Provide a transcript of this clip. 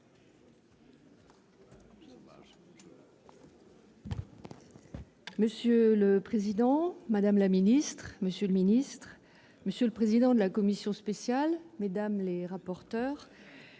Monsieur le président, madame la ministre, monsieur le ministre, monsieur le président de la commission spéciale, mesdames les rapporteurs,